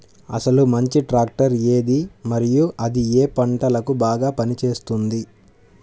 అసలు మంచి ట్రాక్టర్ ఏది మరియు అది ఏ ఏ పంటలకు బాగా పని చేస్తుంది?